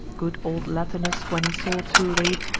good old latinus, when he saw, too late,